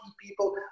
people